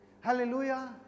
Hallelujah